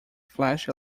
flash